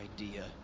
idea